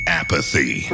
apathy